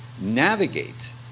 navigate